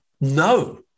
no